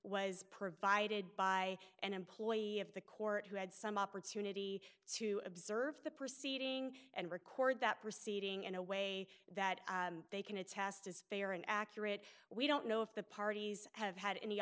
was provided by an employee of the court who had some opportunity to observe the proceeding and record that proceeding in a way that they can attest is fair and accurate we don't know if the parties have had any